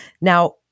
Now